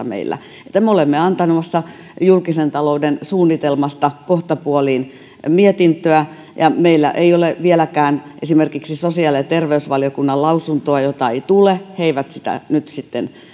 meillä valtiovarainvaliokunnassa että me olemme antamassa julkisen talouden suunnitelmasta kohtapuoliin mietintöä ja meillä ei ole vieläkään esimerkiksi sosiaali ja terveysvaliokunnan lausuntoa jota ei tule he eivät sitä nyt sitten